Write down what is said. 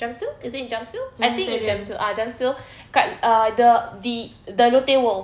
jamsil is it in jamsil I think in jamsil ah jamsil kat uh the the the lotte world